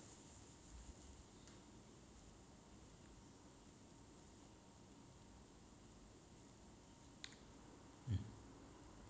mm